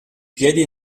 piedi